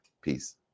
Peace